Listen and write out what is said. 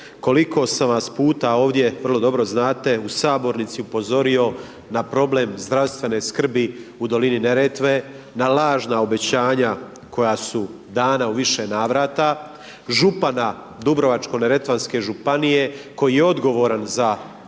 koliko sam vas puta ovdje, vrlo dobro znate, u Sabornici upozorio na problem zdravstvene skrbi u dolini Neretve, na lažna obećanja koja su dana u više navrata, župana Dubrovačko neretvanske županije koji je odgovoran za Dom